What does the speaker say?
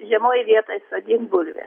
žemoj vietoj sodint bulves